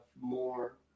more